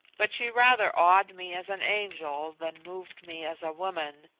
but she rather awed me as an angel than moved me as a woman,